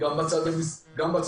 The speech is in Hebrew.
גם בצד המשטרתי